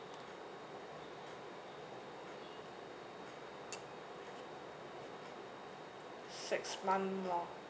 six month more